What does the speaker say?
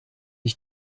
ich